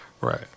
right